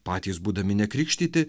patys būdami nekrikštyti